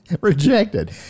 Rejected